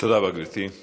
תודה רבה, גברתי.